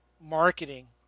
marketing